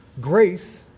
grace